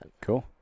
Cool